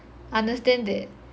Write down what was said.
understand that